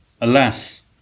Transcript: Alas